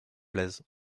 plaisent